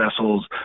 vessels